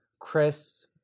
chris